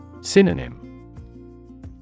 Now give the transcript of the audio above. Synonym